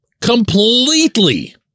completely